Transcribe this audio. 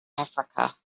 africa